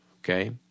okay